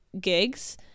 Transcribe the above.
gigs